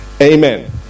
Amen